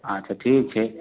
अच्छा ठीक छै